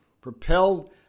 propelled